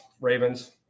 Ravens